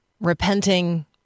repenting